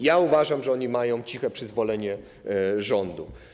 Ja uważam, że oni mają ciche przyzwolenie rządu.